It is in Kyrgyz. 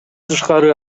тышкары